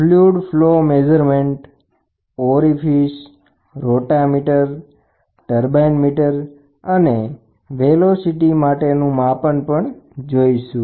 fluid flow measurement pipe અને ઓરીફીસમાં flow rotameter અને ટર્બાઇન મીટર્સ અને અંતે વેલોસિટીનું માપન જોઇશું